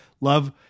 Love